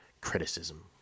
criticism